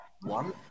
one